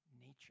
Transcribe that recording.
nature